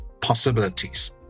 possibilities